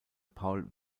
paul